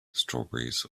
strawberries